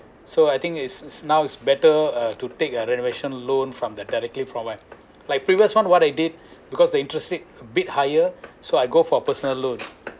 so I think is is now it's better uh to take a renovation loan from their directly provide like previous one what I did because the interest rate a bit higher so I go for personal loan